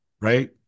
Right